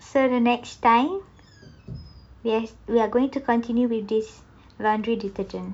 so the next time we we're going to continue with this laundry detergent